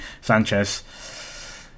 Sanchez